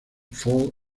fall